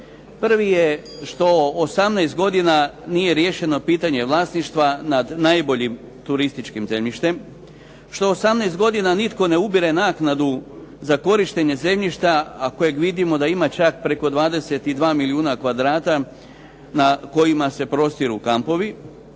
Privi je što 18 godina nije riješeno pitanje vlasništva nad najboljim turističkim zemljište. Što 18 godina nitko ne ubire naknadu za korištenje zemljišta, a kojeg vidimo da ima čak preko 22 milijuna kvadrata na kojima se prostiru kampovi.